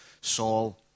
Saul